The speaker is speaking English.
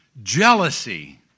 Jealousy